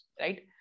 right